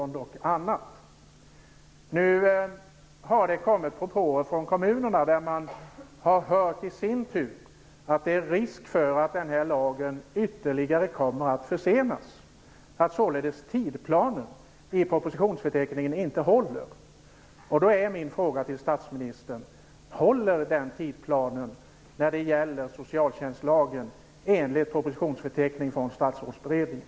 Nu har det kommit propåer från kommunerna där man i sin tur har hört att det är risk för att lagen ytterligare kommer att försenas, att således tidsplanen i propositionsförteckningen inte håller. Då är min fråga till statsministern: Håller tidsplanen för socialtjänstlagen enligt propositionsförteckningen från Statsrådsberedningen?